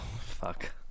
fuck